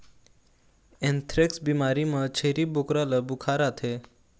anthrax बिमारी म छेरी बोकरा ल बुखार आथे